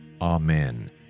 Amen